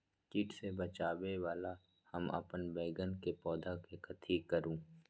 किट से बचावला हम अपन बैंगन के पौधा के कथी करू?